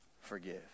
forgive